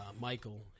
Michael